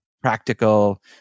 practical